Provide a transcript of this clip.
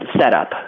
setup